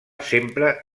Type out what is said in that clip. sempre